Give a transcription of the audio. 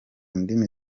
ndimi